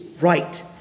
right